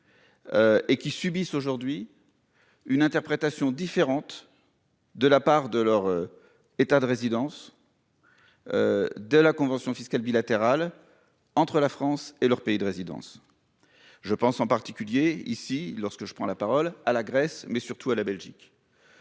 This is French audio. Et qui subissent aujourd'hui. Une interprétation différente. De la part de leur. État de résidence. De la convention fiscale bilatérale entre la France et leur pays de résidence. Je pense en particulier ici lorsque je prends la parole à la Grèce mais surtout à la Belgique.